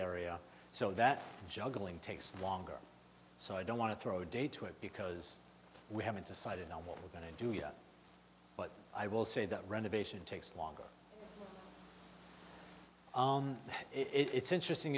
area so that juggling takes longer so i don't want to throw day to it because we haven't decided on what we're going to do yet but i will say that renovation takes longer it's interesting